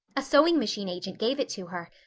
a sewing-machine agent gave it to her.